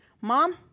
mom